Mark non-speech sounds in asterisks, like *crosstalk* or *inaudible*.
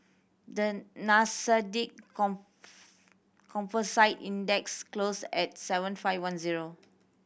the Nasdaq *unintelligible* Composite Index closed at seven five one zero